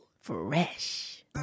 fresh